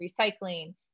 recycling